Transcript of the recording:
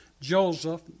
Joseph